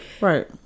Right